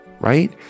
right